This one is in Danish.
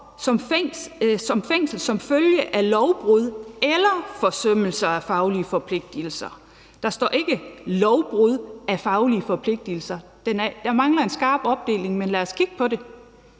tid: fængsel som følge af lovbrud eller forsømmelser af faglige forpligtigelser . Der står ikke noget om lovbrud i forhold til faglige forpligtigelser. Der mangler en skarp opdeling, men lad os kigge på det.